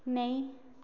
नेईं